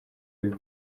biba